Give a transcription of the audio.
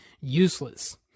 useless